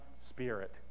Spirit